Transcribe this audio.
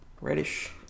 Reddish